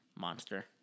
Monster